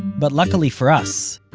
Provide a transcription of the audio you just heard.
but luckily for us,